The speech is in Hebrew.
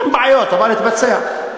היו בעיות, אבל התבצע.